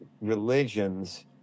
religions